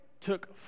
took